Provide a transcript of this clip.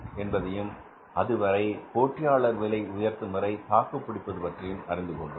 என்பதையும் அதுவரை போட்டியாளர் விலை உயர்த்தும் வரை தாக்குபிடிப்பது பற்றி அறிந்து கொண்டோம்